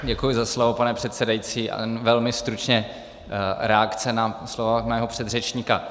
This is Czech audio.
Děkuji za slovo, pane předsedající, a velmi stručně reakce na slova mého předřečníka.